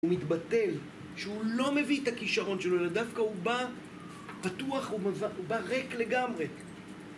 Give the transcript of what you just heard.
הוא מתבטל, שהוא לא מביא את הכישרון שלו, אלא דווקא הוא בא פתוח, הוא בא ריק לגמרי.